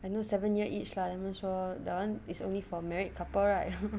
I know seven year itch lah let me 说 that [one] is only for married couple right ha